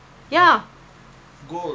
thailand uh three months quarantine ah